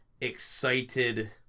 excited